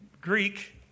Greek